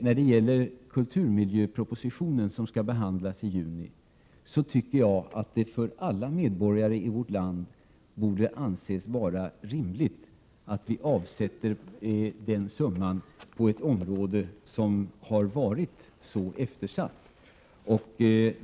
När det gäller kulturmiljöpropositionen som kommer att behandlas i juni så vill jag säga att jag tror att alla medborgare i vårt land borde anse det rimligt att vi avsätter den summan till ett område som har varit så eftersatt.